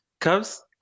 Cubs